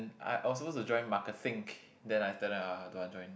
hmm I I was supposed to join marketing then after that !aiya! don't want join